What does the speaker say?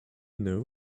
know